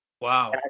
Wow